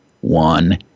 one